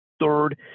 Third